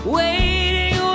waiting